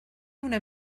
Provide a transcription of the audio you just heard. una